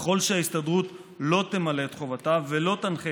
ככל שההסתדרות לא תמלא את חובתה ולא תנחה